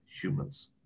humans